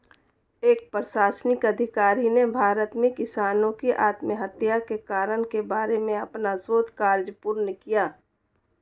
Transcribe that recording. एक प्रशासनिक अधिकारी ने भारत में किसानों की आत्महत्या के कारण के बारे में अपना शोध कार्य पूर्ण किया